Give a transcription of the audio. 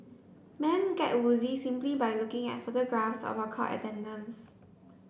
men get woozy simply by looking at photographs of her court attendance